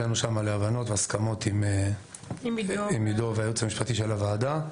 הגענו שם להבנות ולהסכמות עם עידו והייעוץ המשפטי של הוועדה,